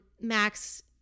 Max